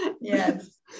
yes